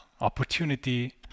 opportunity